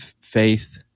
faith